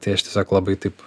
tai aš tiesiog labai taip